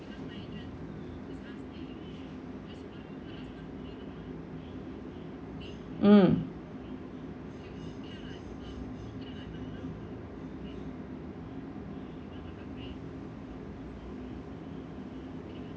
mm